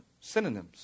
synonyms